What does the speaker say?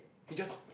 he just